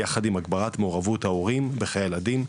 יחד עם הגברת מעורבות ההורים בחיי הילדים,